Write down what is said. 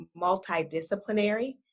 multidisciplinary